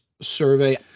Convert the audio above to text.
Survey